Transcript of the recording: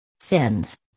Fins